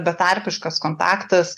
betarpiškas kontaktas